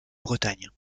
bretagne